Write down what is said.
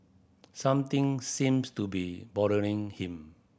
something seems to be bothering him